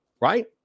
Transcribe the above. right